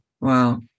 Wow